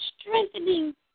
strengthening